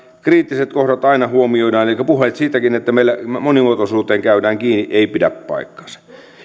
kriittiset kohdat aina huomioidaan elikkä puheet siitäkin että meillä monimuotoisuuteen käydään kiinni eivät pidä paikkaansa